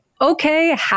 Okay